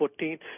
2014